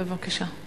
בבקשה.